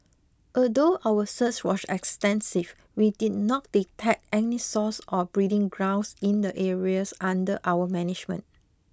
although our search was extensive we did not detect any source or breeding grounds in the areas under our management